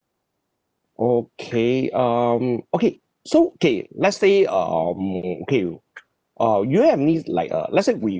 okay um okay so K let's say um okay you uh you have any like uh let's say we